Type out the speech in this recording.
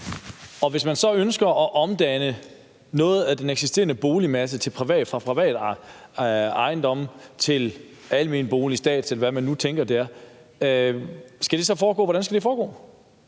Hvis man ønsker at omdanne noget af den eksisterende boligmasse fra private ejendomme til almen bolig, statslige ejendomme,